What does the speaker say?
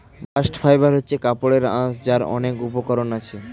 bast fibre হচ্ছে কাপড়ের আঁশ যার অনেক উপকরণ আছে